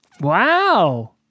wow